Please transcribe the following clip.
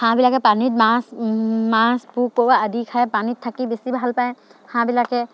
হাঁহবিলাকে পানীত মাছ মাছ পোক পৰুৱা আদি খাই পানীত থাকি বেছি ভালপায় হাঁহবিলাকে